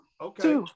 Okay